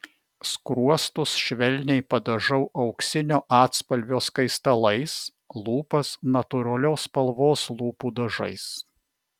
skruostus švelniai padažau auksinio atspalvio skaistalais lūpas natūralios spalvos lūpų dažais